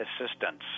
assistance